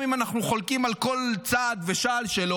גם אם אנחנו חולקים על כל צעד ושעל שלו,